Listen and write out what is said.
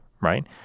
right